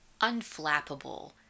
unflappable